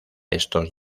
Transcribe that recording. estos